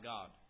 God